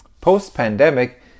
Post-pandemic